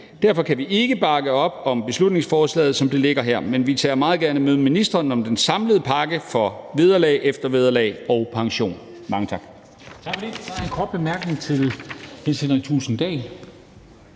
Derfor kan vi ikke bakke op om beslutningsforslaget, som det ligger her, men vi tager meget gerne et møde med ministeren om den samlede pakke for vederlag, eftervederlag og pension. Kl.